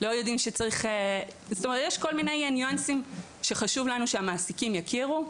לכן יש כל מיני ניו אנסים שחשוב לנו שהמעסיקים יכירו.